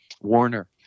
Warner